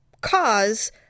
cause